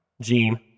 Gene